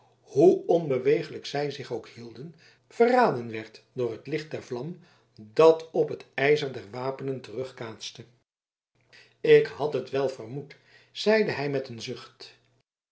hoe onbeweeglijk zij zich ook hielden verraden werd door het licht der vlam dat op het ijzer der wapenen terugkaatste ik had het wel vermoed zeide hij met een zucht